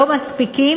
לא מספיקים,